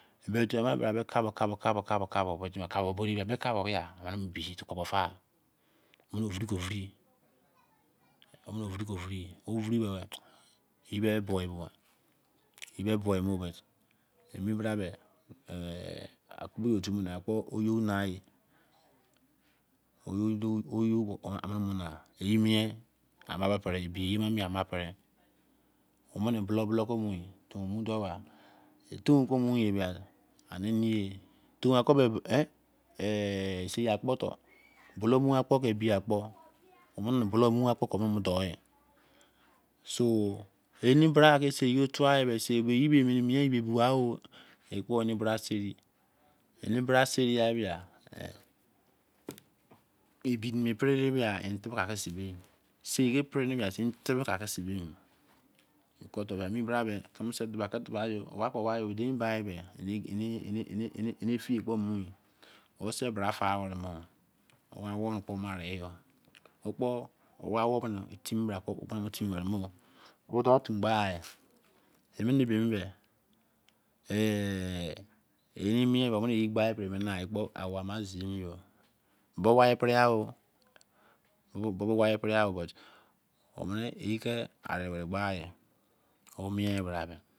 Beri ena, bra me, kagbo kagbo, kagbo, kagbo emene ka-sbo, ke-ye, bi tubo fal-menevura kill vuru y'e-be beli-bai ye me soi no emi bra beh akuye loo akpu oyo na eh, oyo amene mum pere-ebi-ama-pere, omene bu-lu-lu lu wi eun mu doh tar arie emiya ser akprlor buth mania kpor ke- nebiakpor omene bulu nu omene dsh, sr emi bra ke seiye tua koms, sei ye bua oi ekpo eni bra seri, eni bra seri, ebi mien pere de bia te bre ke lee sibe emi bra me kumu sei du ba fu, duba ya ko ya, din ba, dei, emi fiye kpo mu, osu bra fa were mo ekpo ona awoy fian bra kpo timi were mo nun timi ben emene mi'en mie beh eyan mie enene gbe enene shari na awon ama zi mi-o bo-wi pere-o ye ka kri-ke agba-ye